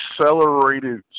accelerated